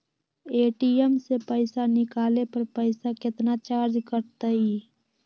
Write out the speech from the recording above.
ATM से पईसा निकाले पर पईसा केतना चार्ज कटतई?